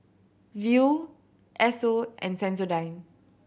Viu Esso and Sensodyne